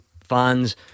fans